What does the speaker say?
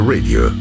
Radio